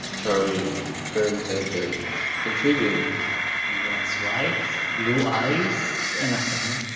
charming, very intelligent, intriguing he was white. blue eyes. innocent